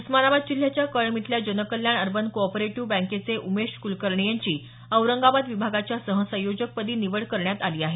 उस्मानाबाद जिल्ह्याच्या कळंब इथल्या Jankalyan urban co operative बँकेचे उमेश कुलकर्णी यांची औरंगाबाद विभागाच्या सहसंयोजक पदी निवड करण्यात आली आहे